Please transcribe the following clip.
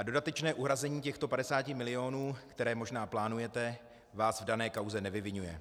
Dodatečné uhrazení těchto 50 milionů, které možná plánujete, vás v dané kauze nevyviňuje.